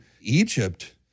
Egypt